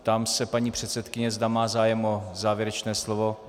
Ptám se paní předsedkyně, zda má zájem o závěrečné slovo.